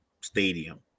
stadium